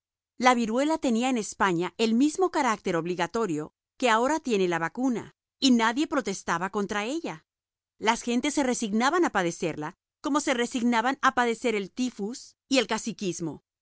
la viruela tenía en españa el mismo carácter obligatorio que ahora tiene la vacuna y nadie protestaba contra ella las gentes se resignaban a padecerla como se resignaban a padecer el tifus y el caciquismo